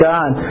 God